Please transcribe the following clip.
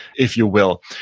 if you will,